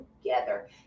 together